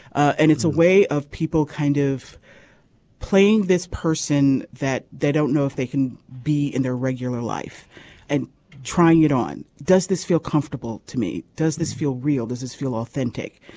and it's a way of people kind of playing this person that they don't know if they can be in their regular life and trying it on. does this feel comfortable to me. does this feel real this is feel authentic.